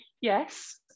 yes